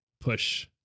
push